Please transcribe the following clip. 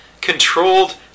controlled